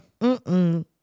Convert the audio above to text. mm-mm